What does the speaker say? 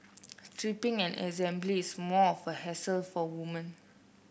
stripping and assembly is more of a hassle for women